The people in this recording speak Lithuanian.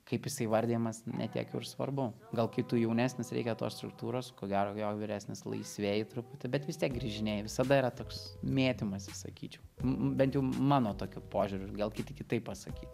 kaip jisai įvardijamas ne tiek jau ir svarbu gal kai tu jaunesnis reikia tos struktūros ko gero jo vyresnis laisvėji truputį bet vis tiek grįžinėji visada yra toks mėtymasis sakyčiau bent jau mano tokiu požiūriu gal kiti kitaip pasakytų